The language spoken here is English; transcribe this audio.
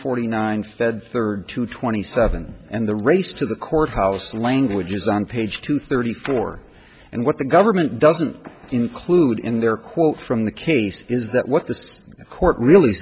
forty nine fed third to twenty seven and the race to the courthouse languages on page two thirty four and what the government doesn't include in their quote from the case is that what this court really